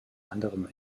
anderem